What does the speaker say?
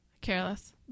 Careless